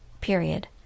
Period